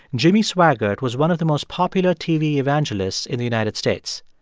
jimmy swaggart was one of the most popular tv evangelists in the united states.